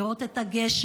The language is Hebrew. לראות את הגשם,